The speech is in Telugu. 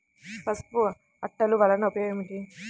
పసుపు అట్టలు వలన ఉపయోగం ఏమిటి?